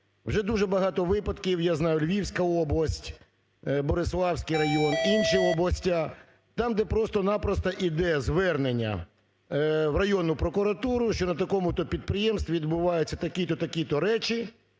вже дуже багато випадків, я знаю, Львівська область Бориславський район, інші областя – там, де просто-напросто іде звернення в районну прокуратуру, що на такому-то підприємстві відбуваються такі-то і такі-то речі.